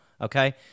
okay